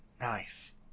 Nice